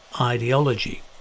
ideology